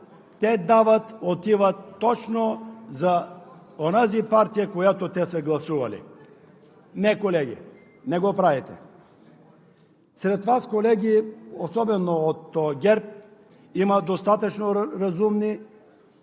те дават, отива точно за онази партия, за която те са гласували? Не, колеги – не го правите! Сред Вас, колеги, особено от ГЕРБ, има достатъчно разумни